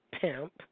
pimp